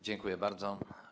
Dziękuję bardzo.